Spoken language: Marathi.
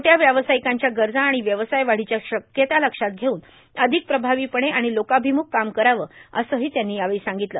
छोट्या व्यावर्सार्यकांच्या गरजा आर्ाण व्यवसायवाढीच्या शक्यता लक्षात घेऊन अर्धिक प्रभावीपणे आर्ाण लोर्काभिमुख काम करावं असंहो त्यांनी यावेळी सांगगतलं